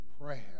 prayer